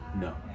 No